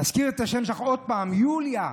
נזכיר את השם שלך שוב: יוליה,